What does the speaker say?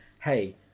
hey